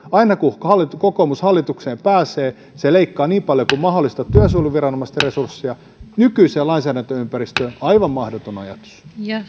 aina kun se hallitukseen pääsee leikkaa niin paljon kuin mahdollista työsuojeluviranomaisten resursseja nykyiseen lainsäädäntöympäristöön aivan mahdoton ajatus